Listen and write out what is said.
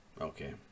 okay